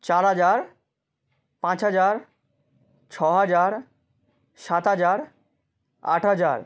চার হাজার পাঁচ হাজার ছ হাজার সাত হাজার আট হাজার